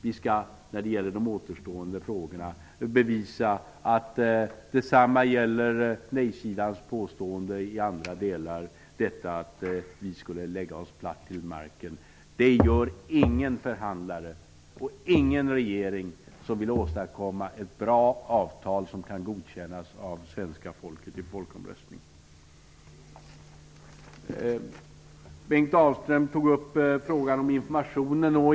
Vi skall när det gäller de återstående frågorna bevisa att detsamma gäller nej-sidans påståenden i andra delar, att vi skulle lägga oss platt till marken. Det gör ingen förhandlare, ingen regering som vill åstadkomma ett bra avtal som kan godkännas av svenska folket i folkomröstningen. Bengt Dalström tog upp frågan om information.